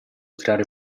tirare